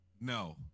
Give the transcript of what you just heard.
No